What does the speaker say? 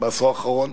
בעשור האחרון,